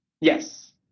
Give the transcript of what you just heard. Yes